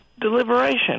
deliberation